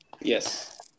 Yes